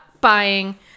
buying